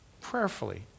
prayerfully